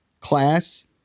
class